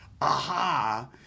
aha